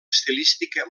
estilística